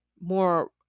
more